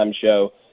show